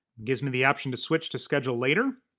gives me the option to switch to schedule later,